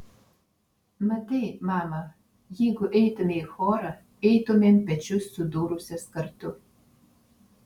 matai mama jeigu eitumei į chorą eitumėm pečius sudūrusios kartu